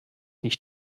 nicht